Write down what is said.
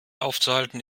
aufzuhalten